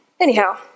Anyhow